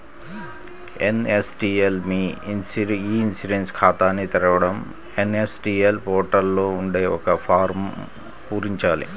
NSDL మీ e insurance ఖాతాని తెరవడం ఎన్.ఎస్.డి.ఎల్ పోర్టల్ లో ఉండే ఒక ఫారమ్ను పూరించాలి